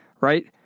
right